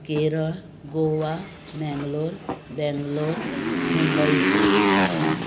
Goa Kerala Mangalore Bangalore Mumbai